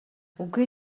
үгүй